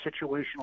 situational